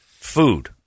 food